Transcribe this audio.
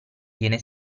viene